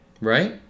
Right